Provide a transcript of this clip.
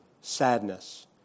sadness